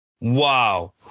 Wow